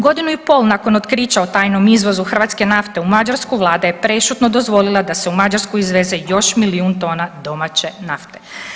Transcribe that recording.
Godinu i pol nakon otkrića o tajnom izvozu hrvatske nafte u Mađarsku vlada je prešutno dozvolila da se u Mađarsku izveze još milijun tona domaće nafte.